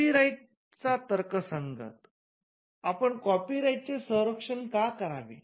कॉपीराइटचा तर्कसंगत आपण कॉपीराइटचे संरक्षण का करावे